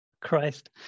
Christ